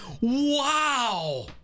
wow